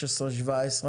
16, 17